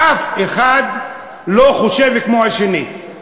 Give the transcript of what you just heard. אף אחד לא חושב כמו השני.